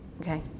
okay